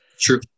True